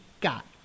got